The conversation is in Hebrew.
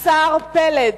השר פלד,